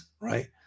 right